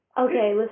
Okay